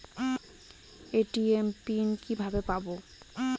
ATM pin কিভাবে পাবো?